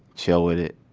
chill with it.